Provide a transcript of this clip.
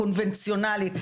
הקונבנציונלית,